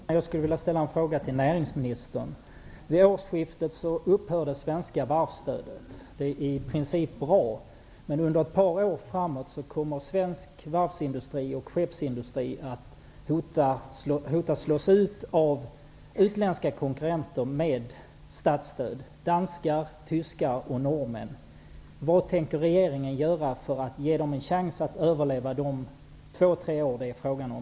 Fru talman! Jag skulle vilja ställa en fråga till näringsministern. Vid årsskiftet upphör det svenska varvsstödet. Det är i princip bra. Men under ett par år framåt hotas svensk varvsindustri och skeppsindustri att slås ut av utländska konkurrenter med statsstöd -- danskar, tyskar och norrmän. Vad tänker regeringen göra för ge dem en chans att överleva de två tre år det är fråga om?